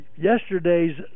yesterday's